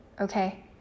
Okay